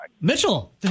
Mitchell